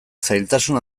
zailtasun